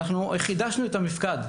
ואנחנו חידשנו את המפקד.